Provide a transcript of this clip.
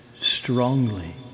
strongly